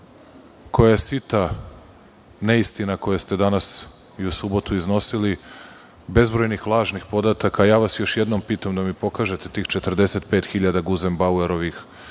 koja je sita neistina koje ste danas i u subotu iznosili, bezbrojnih lažnih podataka, ja vas još jednom pitam da mi pokažete tih 45.000 Guzenbauerovih